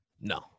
No